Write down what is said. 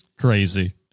crazy